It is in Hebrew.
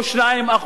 או 2%,